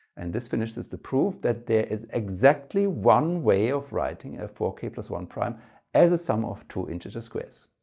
and this finishes the proof that there is exactly one way of writing a four k one prime as a sum of two integer squares.